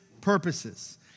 purposes